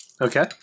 Okay